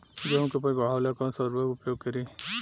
गेहूँ के उपज बढ़ावेला कौन सा उर्वरक उपयोग करीं?